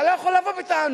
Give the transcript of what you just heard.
אתה לא יכול לבוא בטענות.